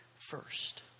first